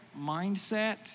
mindset